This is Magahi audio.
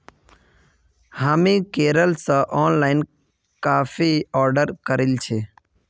हामी केरल स ऑनलाइन काफी ऑर्डर करील छि